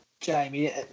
Jamie